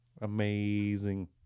Amazing